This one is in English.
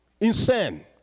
insane